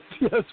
yes